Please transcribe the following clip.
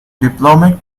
diplomat